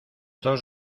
dos